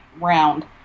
round